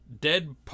Dead